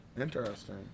Interesting